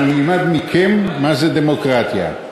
אנחנו נלמד מכם מה זה דמוקרטיה.